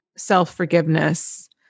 self-forgiveness